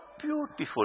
beautiful